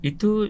Itu